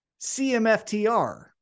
CMFTR